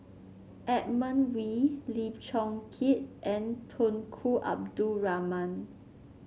Edmund Wee Lim Chong Keat and Tunku Abdul Rahman